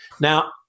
Now